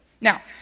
Now